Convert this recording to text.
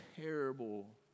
terrible